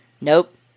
Nope